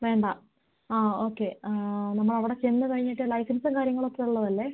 വേണ്ട ആ ഓക്കെ നമ്മൾ അവിടെ ചെന്ന് കഴിഞ്ഞിട്ട് ലൈസൻസ് കാര്യങ്ങൾ ഒക്കെ ഉള്ളത് അല്ലേ